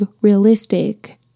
realistic